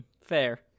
fair